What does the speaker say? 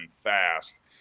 fast